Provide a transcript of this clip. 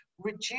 reduce